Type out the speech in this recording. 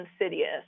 insidious